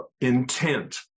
intent